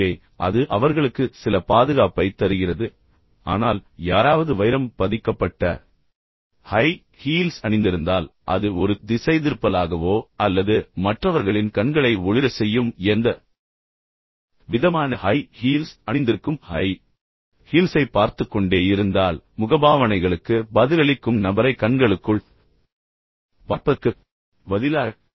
எனவே அது அவர்களுக்கு சில பாதுகாப்பைத் தருகிறது ஆனால் யாராவது வைரம் பதிக்கப்பட்ட ஹை ஹீல்ஸ் அணிந்திருந்தால் அது ஒரு திசைதிருப்பலாகவோ அல்லது மற்றவர்களின் கண்களை ஒளிரச் செய்யும் எந்த விதமான ஹை ஹீல்ஸ் அணிந்திருக்கும் ஹை ஹீல்ஸைப் பார்த்துக் கொண்டே இருந்தால் முகபாவனைகளுக்கு பதிலளிக்கும் நபரை கண்களுக்குள் பார்ப்பதற்குப் பதிலாக